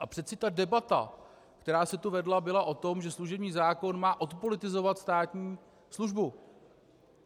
A přece ta debata, která se tu vedla, byla o tom, že služební zákon má odpolitizovat státní službu,